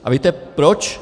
A víte proč?